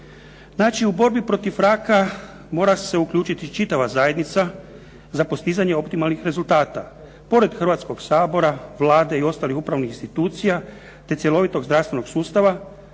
Znači u borbi protiv raka mora se uključiti čitava zajednica za postizanje optimalnih rezultata. Pored Hrvatskog sabora, Vlade i ostalih upravnih institucija, te cjelovitog zdravstvenog sustava,